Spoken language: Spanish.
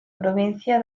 provincia